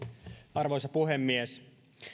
arvoisa puhemies